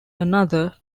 another